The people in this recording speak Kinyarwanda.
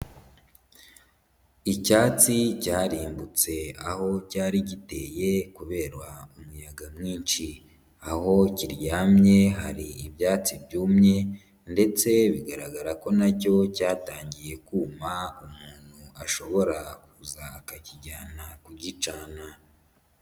Icyatsi cyarimbutse aho cyari giteye kubera umuyaga mwinshi. Aho kiryamye hari ibyatsi byumye ndetse bigaragara ko na cyo cyatangiye kuma, umuntu ashobora kuza akakijyana kugicana.